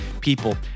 people